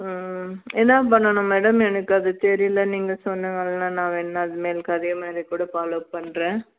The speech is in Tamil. என்ன பண்ணணும் மேடம் எனக்கு அது தெரியல நீங்கள் சொல்லுங்கள் இல்லைன்னா நான் வேணும்னா இனிமேலுக்கு அதே மாதிரி கூட ஃபாலோ பண்ணுறேன்